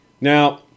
Now